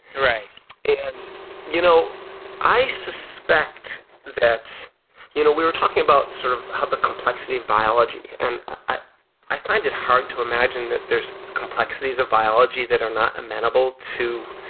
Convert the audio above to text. and you know i suspect that you know we're talking about sort of how the complexity of biology, and i i find it hard to imagine that there's complexities of biology that are not amenable to